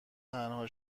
تنها